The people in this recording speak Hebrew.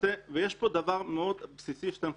ויש פה דבר מאוד בסיסי שאתם מפספסים.